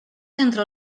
entre